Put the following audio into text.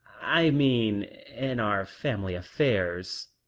i mean in our family affairs.